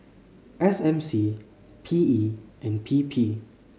S M C P E and P P